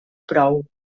prou